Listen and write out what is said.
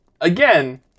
Again